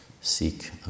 seek